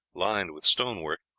lined with stone work,